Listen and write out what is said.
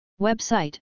Website